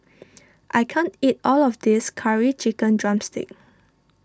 I can't eat all of this Curry Chicken Drumstick